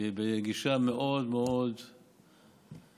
והיא בגישה מאוד מאוד קואופרטיבית,